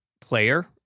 player